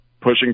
pushing